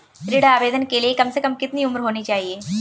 ऋण आवेदन के लिए कम से कम कितनी उम्र होनी चाहिए?